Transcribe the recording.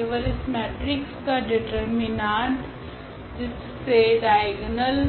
केवल इस मेट्रिक्स का डिटर्मिनांट जिसमे डाइगोनल